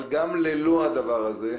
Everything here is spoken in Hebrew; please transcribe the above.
אבל גם ללא הדבר הזה,